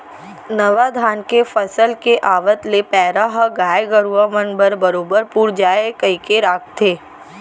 नावा धान के फसल के आवत ले पैरा ह गाय गरूवा मन बर बरोबर पुर जाय कइके राखथें